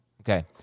Okay